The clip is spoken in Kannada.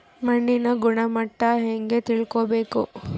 ಮಣ್ಣಿನ ಗುಣಮಟ್ಟ ಹೆಂಗೆ ತಿಳ್ಕೊಬೇಕು?